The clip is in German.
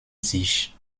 sich